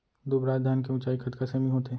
दुबराज धान के ऊँचाई कतका सेमी होथे?